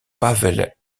pavel